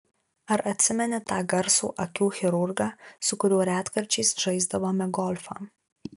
ar atsimeni tą garsų akių chirurgą su kuriuo retkarčiais žaisdavome golfą